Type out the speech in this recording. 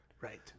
right